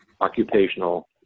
occupational